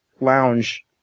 lounge